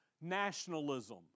nationalism